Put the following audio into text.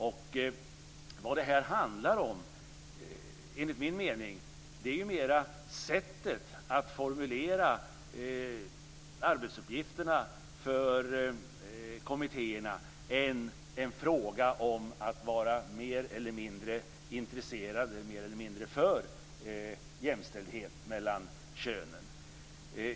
Enligt min mening är det mer en fråga om sättet att formulera arbetsuppgifterna för kommittéerna än en fråga om att vara mer eller mindre intresserad av, eller mer eller mindre för, jämställdhet mellan könen.